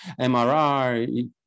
MRR